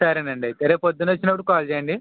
సరేనండి అయితే రేపు పొద్దున్న వచ్చినప్పుడు కాల్ చెయ్యండి